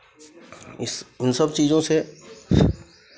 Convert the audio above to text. इस उन सब चीज़ों से